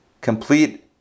complete